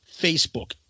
Facebook